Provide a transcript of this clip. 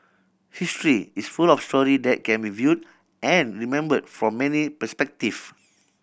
history is full of story that can be viewed and remember from many perspective